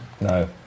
No